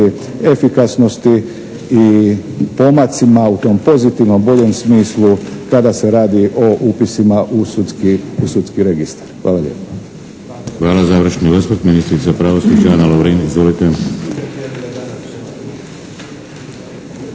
efikasnosti i pomacima u tom pozitivnom boljem smislu kada se radi o upisima u sudski registar. Hvala lijepa. **Šeks, Vladimir (HDZ)** Hvala. Završni osvrt